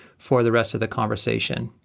for the rest of the conversation.